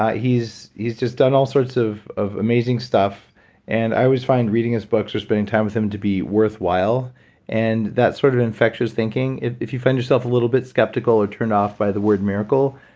he's he's just done all sorts of of amazing stuff and i always find reading his books or spending time with him to be worthwhile and that sort of infectious thinking. if if you find yourself a little bit skeptical are turned off by the word miracle,